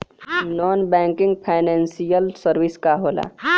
Non banking financial services का होला?